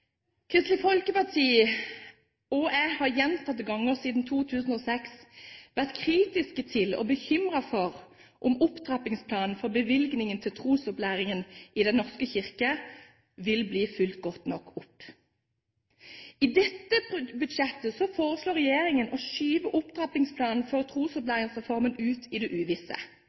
Kristelig Folkeparti, og jeg, har gjentatte ganger siden 2006 vært kritiske til – og bekymret for – om opptrappingsplanen for bevilgningene til trosopplæringen i Den norske kirke vil bli fulgt godt nok opp. I dette budsjettet foreslår regjeringen å skyve opptrappingsplanen for Trosopplæringsreformen ut i det uvisse.